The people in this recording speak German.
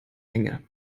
menge